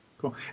Cool